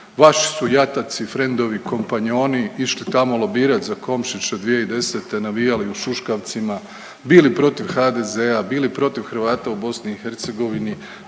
vaši su jataci, frendovi, kompanjoni išli tamo lobirati za Komšića 2010., navijali u šuškavcima, bili protiv HDZ-a, bili protiv Hrvata u BiH, činili